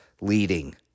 leading